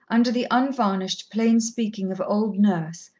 under the unvarnished plain speaking of old nurse,